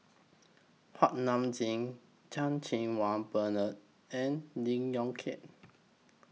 Kuak Nam Jin Chan Cheng Wah Bernard and Lee Yong Kiat